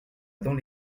dans